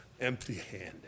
empty-handed